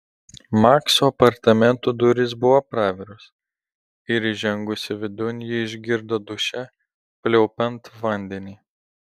makso apartamentų durys buvo praviros ir įžengusi vidun ji išgirdo duše pliaupiant vandenį